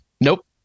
nope